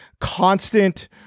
constant